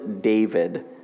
David